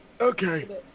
Okay